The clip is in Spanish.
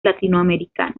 latinoamericanos